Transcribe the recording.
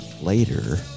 Later